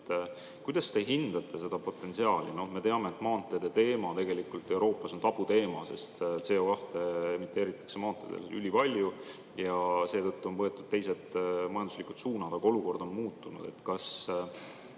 Kuidas te hindate seda potentsiaali? Me teame, et maanteede teema on tegelikult Euroopas tabuteema, sest CO2emiteeritakse maanteedel ülipalju ja seetõttu on võetud teised majanduslikud suunad. Aga olukord on muutunud.